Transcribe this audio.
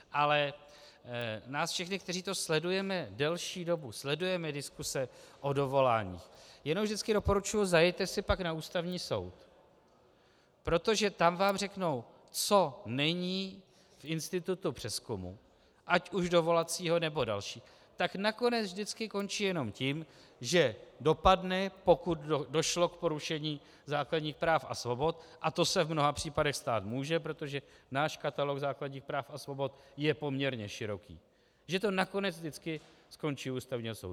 Ale nám všem, kteří to sledujeme delší dobu, sledujeme diskuse o dovoláních, jenom vždycky doporučuji: zajeďte si pak na Ústavní soud, protože tam vám řeknou, co není v institutu přezkumu, ať už dovolacího, nebo dalších, tak nakonec vždycky končí jenom tím, že dopadne, pokud došlo k porušení základních práv a svobod, a to se v mnoha případech stát může, protože náš katalog základních práv a svobod je poměrně široký, že to nakonec vždycky skončí u Ústavního soudu.